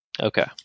Okay